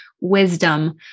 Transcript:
wisdom